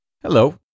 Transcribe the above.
Hello